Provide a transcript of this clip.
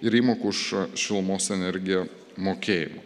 ir įmokų už šilumos energiją mokėjimą